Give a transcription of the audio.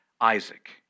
Isaac